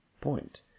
point